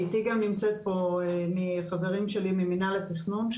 נמצאים אתי נועה ונאור וחברים נוספים ממטה מנהל התכנון,